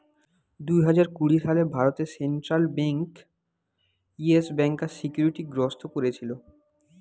দুই হাজার কুড়ি সালে ভারতে সেন্ট্রাল বেঙ্ক ইয়েস ব্যাংকার সিকিউরিটি গ্রস্ত কোরেছিল